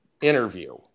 interview